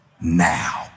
now